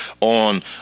on